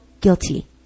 guilty